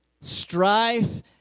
strife